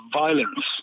violence